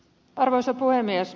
arvoisa puhemies